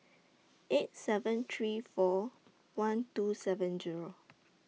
eight seven three four one two seven Zero